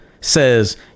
says